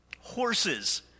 Horses